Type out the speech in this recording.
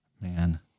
man